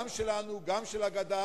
גם שלנו וגם של הגדה.